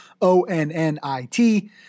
o-n-n-i-t